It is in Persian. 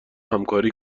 همکاری